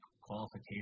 qualification